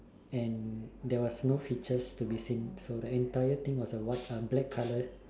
and there was no features to be seen so the entire thing was a white um black colour